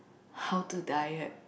how to diet